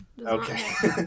Okay